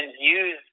use